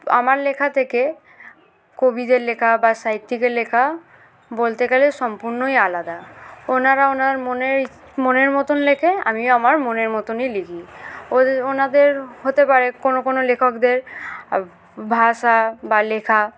তো আমার লেখা থেকে কবিদের লেখা বা সাহিত্যিকের লেখা বলতে গেলে সম্পূর্ণই আলাদা ওনারা ওনার মনের ইচ মনের মতন লেখে আমিও আমার মনের মতনই লিখি ওদের ওনাদের হতে পারে কোনো কোনো লেখকদের ভাষা বা লেখা